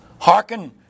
Hearken